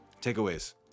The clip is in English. Takeaways